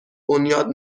بنیاد